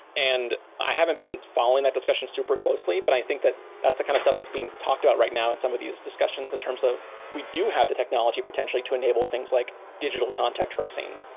and i haven't been following that discussion super closely, but i think that that's the kind of stuff that's being talked out right now in some of these discussions in terms of we do have the technology potentially to enable things like digital contact tracing,